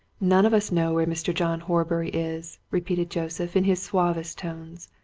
none of us know where mr. john horbury is, repeated joseph, in his suavest tones.